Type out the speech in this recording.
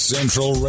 Central